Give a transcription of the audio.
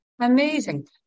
amazing